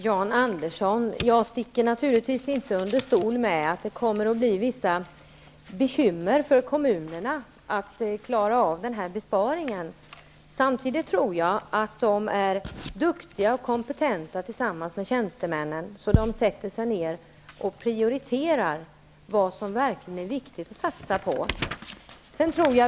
Fru talman! Jag sticker naturligtvis inte under stol med att det kommer att bli vissa bekymmer för kommunerna att klara av den här besparingen, Jan Andersson. Samtidigt tror jag att kommunerna och deras tjänstemän är duktiga och kompetenta, så att de sätter sig ned och prioriterar det som verkligen är viktigt att satsa på.